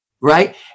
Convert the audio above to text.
Right